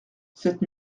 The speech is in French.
cette